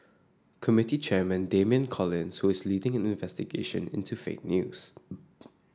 committee chairman Damian Collins who is leading an investigation into fake news